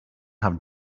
have